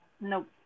Nope